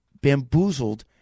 bamboozled